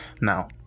now